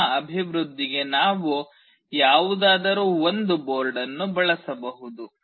ನಮ್ಮ ಅಭಿವೃದ್ಧಿಗೆ ನಾವು ಯಾವುದಾದರೂ ಒಂದು ಬೋರ್ಡನ್ನು ಬಳಸಬಹುದು